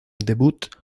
debut